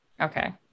Okay